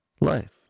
life